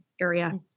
area